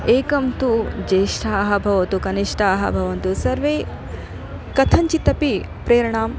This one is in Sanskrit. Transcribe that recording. एकं तु ज्येष्ठाः भवतु कनिष्ठाः भवन्तु सर्वे कथञ्चितपि प्रेरणां